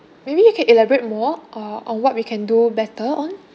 maybe you can elaborate more uh on what we can do better on